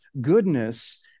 goodness